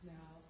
Now